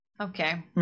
okay